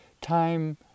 time